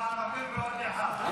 --- ערבי ועוד אחד.